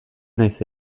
nahiz